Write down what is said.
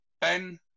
Ben